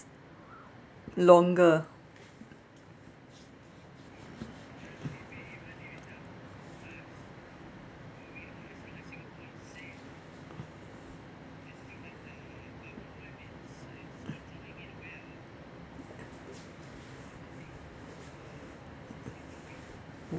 longer